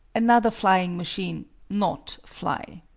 another flying machine not fly.